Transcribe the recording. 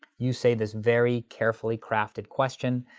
you say this very carefully crafted question,